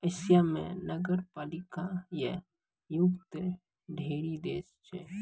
Asia म नगरपालिका स युक्त ढ़ेरी देश छै